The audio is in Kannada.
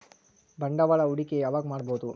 ಬಂಡವಾಳ ಹೂಡಕಿ ಯಾವಾಗ್ ಮಾಡ್ಬಹುದು?